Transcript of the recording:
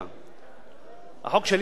החוק שלי בא לטפל, אדוני היושב-ראש,